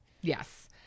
yes